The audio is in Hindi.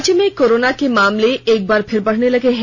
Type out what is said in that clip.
राज्य में कोरोना के मामले एक बार फिर से बढ़ने लगे हैं